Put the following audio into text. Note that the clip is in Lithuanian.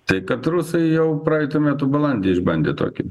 tai kad rusai jau praeitų metų balandį išbandė tokį